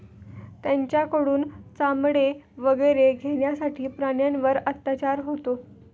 त्यांच्याकडून चामडे वगैरे घेण्यासाठी प्राण्यांवर अत्याचार होतो